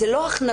זה לא הכנסות,